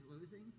losing